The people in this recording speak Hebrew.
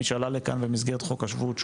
מי שעלה לכאן במסגרת חוק השבות,